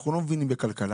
אנחנו לא מבינים בכלכלה,